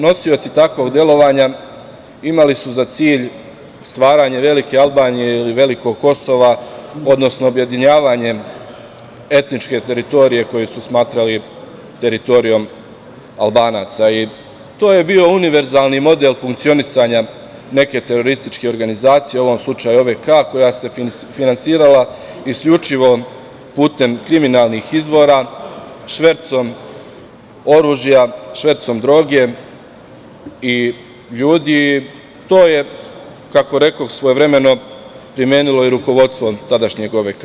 Nosioci takvog delovanja imali su za cilj stvaranje velike Albanije ili velikog Kosova, odnosno objedinjavanje etničke teritorije koju su smatrali teritorijom Albanaca i to je bio univerzalni model funkcionisanja neke terorističke organizacije, u ovom slučaju OVK, koja se finansirala isključivo putem kriminalnih izvora, švercom oružja, švercom droge i ljudi i to je, kako rekoh, svojevremeno primenilo i rukovodstvo tadašnjeg OVK.